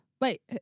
Wait